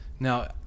Now